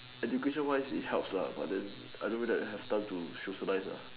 education wise it helps lah but then I don't really have time to socialise lah